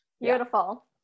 beautiful